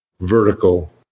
vertical